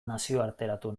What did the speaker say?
nazioarteratu